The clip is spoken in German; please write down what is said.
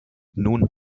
nun